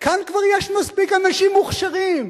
כאן יש כבר מספיק אנשים מוכשרים.